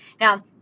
Now